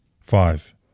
five